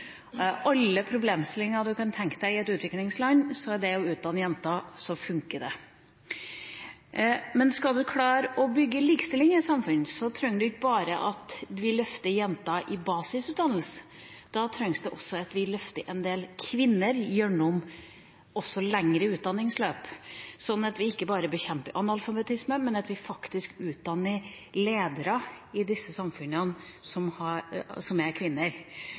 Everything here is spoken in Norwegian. alle problemstillinger en kan tenke seg i et utviklingsland, funker det å utdanne jenter. Men skal en klare å bygge likestilling i et samfunn, trengs det ikke bare at vi løfter jenters basisutdannelse, det trengs også at vi løfter en del kvinner gjennom lengre utdanningsløp, slik at vi ikke bare bekjemper analfabetisme, men at vi faktisk utdanner ledere i disse samfunnene som er kvinner. Har